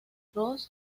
ross